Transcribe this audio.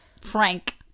frank